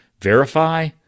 verify